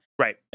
Right